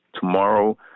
Tomorrow